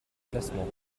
placement